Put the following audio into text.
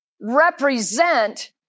represent